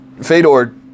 Fedor